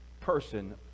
person